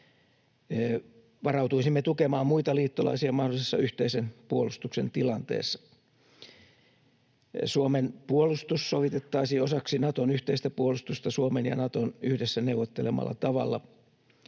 Varautuisimme tukemaan muita liittolaisia mahdollisessa yhteisen puolustuksen tilanteessa. Suomen puolustus sovitettaisiin osaksi Naton yhteistä puolustusta Suomen ja Naton yhdessä neuvottelemalla tavalla.